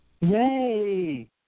Yay